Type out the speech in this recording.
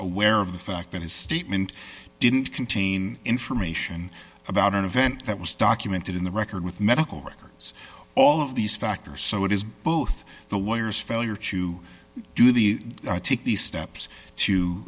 aware of the fact that his statement didn't contain information about an event that was documented in the record with medical records all of these factors so it is both the lawyers failure to do the i take these steps